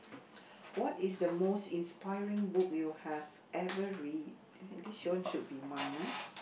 what is the most inspiring book you have ever read this one should be mine ah